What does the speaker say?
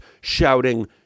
shouting